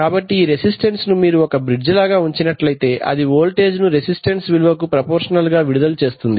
కాబట్టి ఈ రెసిస్టెన్స్ ను మీరు ఒక బ్రిడ్జి లాగా ఉంచినట్లయితే అది వోల్టేజ్ ను రెసిస్టన్స్ విలువకు ప్రపోర్షనల్ గా విడుదల చేస్తుంది